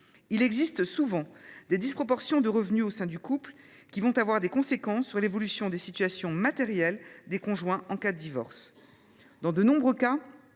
Il existe souvent des disproportions de revenus au sein du couple ; elles vont avoir des conséquences sur l’évolution des situations matérielles des conjoints en cas de divorce. Dans de nombreux cas,